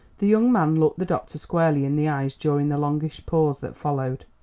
the young man looked the doctor squarely in the eyes during the longish pause that followed.